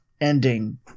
ending